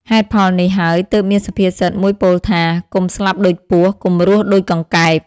ហេតុផលនេះហើយទើបមានសុភាសិតមួយពោលថា « កុំស្លាប់ដូចពស់ កុំរស់ដូចកង្កែប » ។